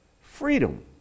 freedom